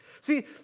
See